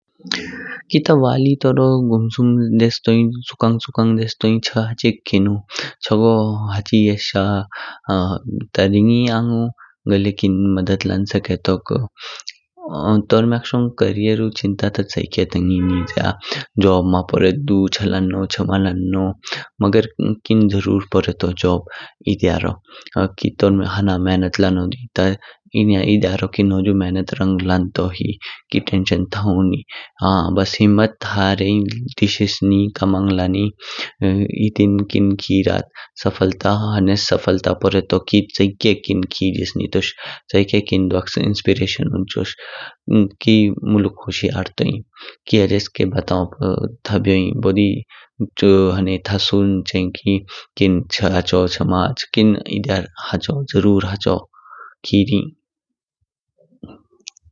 की ता वाली तोरो गुम सुम देश तोईई, चुखंग चुखंग देश तोईई छ हचिघ किनु? चगो हचियेशा रिंगी आंगु। घ्ह ल्यय किन मध्य लान सकेटोक। तोर्म्या ता करियरु चिंता ता चियेके तांग निज्या, जों मा पोरेदोदु, छ लानो छ मलानो, म्गेर किन जरूर पोरेतो जॉब ए ध्यारो। की तोर्म्या ह्ना मेहनत लानो दुनिई ता एम्या एह्ह ध्यारो हुजु मेहनत रंग लंतो ही। की टेंशन था उनिई। ब्स्स हिम्मत था हारें ब्स्स दिशिझ नि कमंग लानी। एह्ह दिन्न किन खिरत सफलता हनेस सफलता पोरेतो की किन चयिके खिजिश नितोष। चयिके किन द्वाक्च इस्पिरइशन उन्नचोष। की मुलुक होशियार तोईई। की ह्जेसके बातोईं पू था बोईई, बोडी था सुनच्येइं किंन चा हचो चा मा हच, किंन हचो एह्ह द्यार जरूर हचो।